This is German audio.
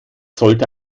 sollte